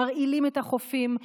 מרעילים את החופים,